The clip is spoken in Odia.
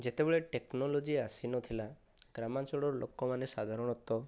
ଯେତେବେଳେ ଟେକ୍ନୋଲୋଜି ଆସିନଥିଲା ଗ୍ରାମାଞ୍ଚଳର ଲୋକମାନେ ସାଧାରଣତଃ